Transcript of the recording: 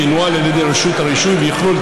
שינוהל על ידי רשות הרישוי ויכלול את